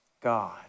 God